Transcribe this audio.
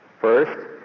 First